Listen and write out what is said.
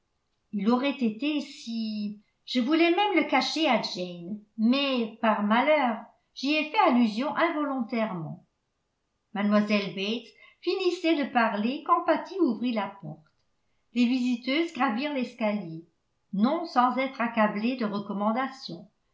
il aurait été si je voulais même la cacher à jane mais par malheur j'y ai fait allusion involontairement mlle bates finissait de parler quand patty ouvrit la porte les visiteuses gravirent l'escalier non sans être accablées de recommandations